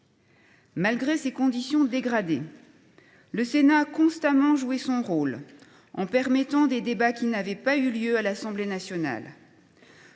Malgré ces conditions dégradées, le Sénat a constamment joué son rôle en permettant que se déroulent des débats qui n’avaient pas eu lieu à l’Assemblée nationale.